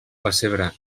pessebre